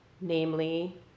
namely